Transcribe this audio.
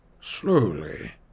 slowly